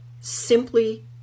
simply